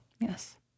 Yes